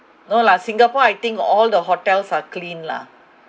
no lah singapore I think all the hotels are clean lah